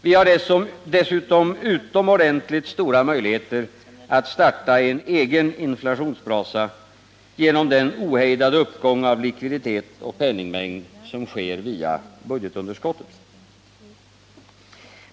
Vi har dessutom utomordentligt stora möjligheter att starta en egen inflationsbrasa genom den ohejdade uppgång av likviditet och penningmängd som sker via budgetunderskottet.